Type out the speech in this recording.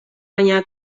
baina